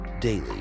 daily